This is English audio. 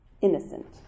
innocent